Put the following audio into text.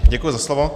Děkuji za slovo.